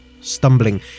stumbling